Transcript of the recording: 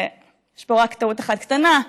יש פה רק טעות אחת קטנה: